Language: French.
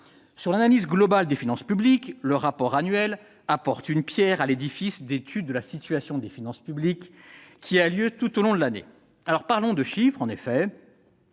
Sur l'analyse globale des finances publiques, le rapport annuel apporte une pierre à l'édifice d'étude de la situation des finances publiques qui a lieu tout au long de l'année. Partons des chiffres : le